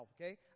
okay